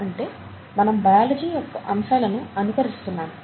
అంటే మనం బయాలజీ యొక్క అంశాలను అనుకరిస్తున్నాము